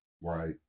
Right